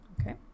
Okay